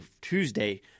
Tuesday